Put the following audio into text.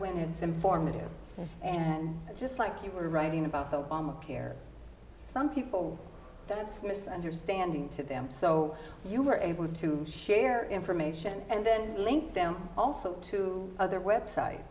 when it's informative and just like you were writing about obamacare some people misunderstanding to them so you were able to share information and then link them also to other website